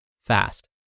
fast